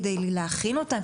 כדי להכין אותם,